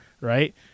right